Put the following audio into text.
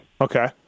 Okay